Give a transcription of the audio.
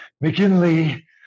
McKinley